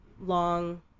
long